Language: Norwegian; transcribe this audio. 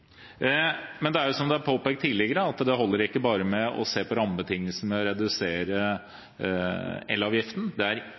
som det er påpekt tidligere, holder det ikke bare å se på rammebetingelsene og å redusere